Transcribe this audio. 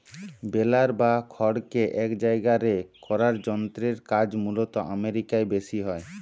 বেলার বা খড়কে এক জায়গারে করার যন্ত্রের কাজ মূলতঃ আমেরিকায় বেশি হয়